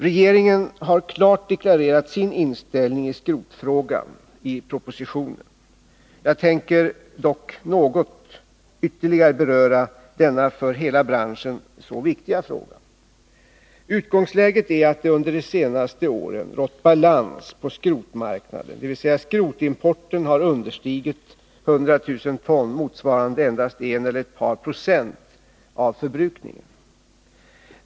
Regeringen har klart deklarerat sin inställning i skrotfrågan i stålpropositionen. Jag tänker dock något ytterligare beröra denna för hela branschen så viktiga fråga. Utgångsläget är att det under de senaste åren rått balans på skrotmarknaden, dvs. skrotimporten har understigit 100 000 ton, motsvarande endast en eller ett par procent av förbrukningen.